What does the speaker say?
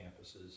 campuses